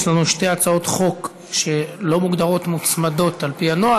יש לנו שתי הצעות חוק שלא מוגדרות מוצמדות על-פי הנוהל,